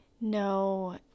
No